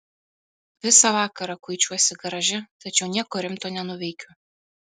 visą vakarą kuičiuosi garaže tačiau nieko rimto nenuveikiu